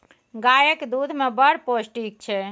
गाएक दुध मे बड़ पौष्टिक छै